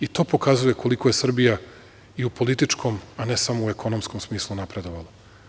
I to pokazuje koliko je Srbija i u političkom, a ne samo u ekonomskom smislu napredovala.